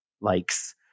likes